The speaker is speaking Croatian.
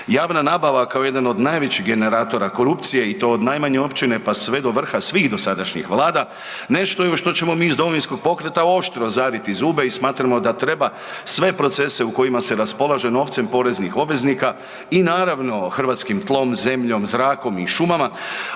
Javna nabava kao jedan od najvećih generatora korupcije i to od najmanje općine pa sve do vrha svih dosadašnjih vlada nešto je u što ćemo mi iz Domovinskog pokreta oštro zariti zube i smatramo da treba sve procese u kojima se raspolaže novcem poreznih obveznika i naravno hrvatskim tlom, zemljom, zrakom i šumama